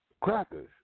Crackers